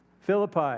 Philippi